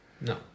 No